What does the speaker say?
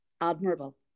admirable